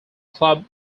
club